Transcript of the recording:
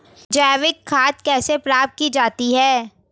जैविक खाद कैसे प्राप्त की जाती है?